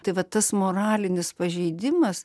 tai vat tas moralinis pažeidimas